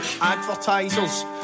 advertisers